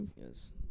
Yes